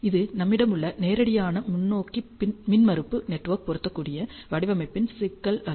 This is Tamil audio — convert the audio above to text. இது நம்மிடம் உள்ள நேரடியான முன்னோக்கி மின்மறுப்பு நெட்வொர்க் பொருந்தக்கூடிய வடிவமைப்பின் சிக்கல் அல்ல